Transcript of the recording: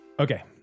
Okay